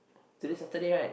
today Saturday right